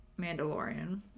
Mandalorian